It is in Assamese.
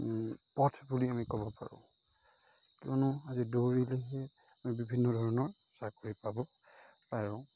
পথ বুলি আমি ক'ব পাৰোঁ কিয়নো আজি দৌৰিলেহে আমি বিভিন্ন ধৰণৰ চাকৰি পাব পাৰোঁ